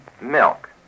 milk